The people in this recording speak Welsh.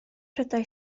prydau